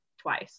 twice